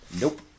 Nope